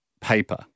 paper